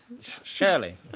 Shirley